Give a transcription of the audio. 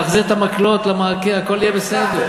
תחזיר את המקלות למעקה, הכול יהיה בסדר.